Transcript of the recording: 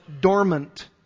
dormant